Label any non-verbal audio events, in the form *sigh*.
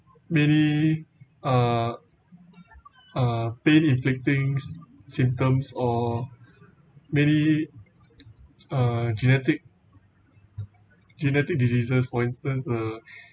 many are uh pain inflicting symptoms or many uh genetic genetic diseases for instance uh *breath*